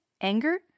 Anger